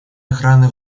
охраны